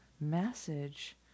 message